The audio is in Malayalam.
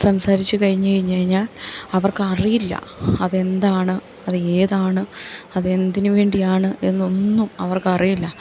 സംസാരിച്ച് കഴിഞ്ഞ് കഴിഞ്ഞ് കഴിഞ്ഞാൽ അവർക്കറിയില്ല അതെന്താണ് അത് ഏതാണ് അതെന്തിനുവേണ്ടിയാണ് എന്നൊന്നും അവർക്കറിയില്ല